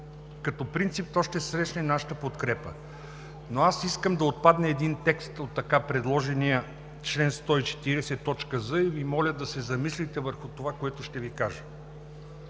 като принцип то ще срещне нашата подкрепа. Но аз искам да отпадне един текст от така предложения чл. 140з и Ви моля да се замислите върху това, което ще Ви кажа.